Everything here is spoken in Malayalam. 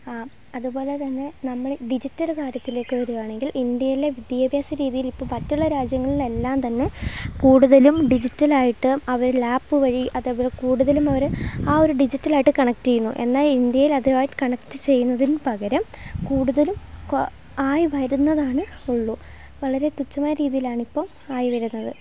ആഹ് അതുപോലെത്തന്നെ നമ്മൾ ഡിജിറ്റൽ കാര്യത്തിലേയ്ക്ക് വരികയാണെങ്കിൽ ഇന്ത്യയിലെ വിദ്യാഭ്യാസ രീതിയിൽ ഇപ്പോൾ മറ്റുള്ള രാജ്യങ്ങളിലെല്ലാം തന്നെ കൂടുതലും ഡിജിറ്റലായിട്ട് അവർ ലാപ് വഴി അതേപോലെ കൂടുതലും അവർ ആ ഒരു ഡിജിറ്റലായിട്ട് കണക്ട് ചെയ്യുന്നു എന്നാൽ ഇന്ത്യയിൽ അതുമായി കണക്ട് ചെയ്യുന്നതിന് പകരം കൂടുതലും ആയി വരുന്നതാണ് ഉള്ളൂ വളരെ തുച്ഛമായ രീതിയിലാണിപ്പം ആയി വരുന്നത്